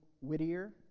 Whittier